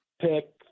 pick